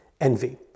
envy